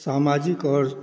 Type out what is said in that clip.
समाजिक आओर